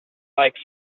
like